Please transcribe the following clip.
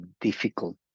difficult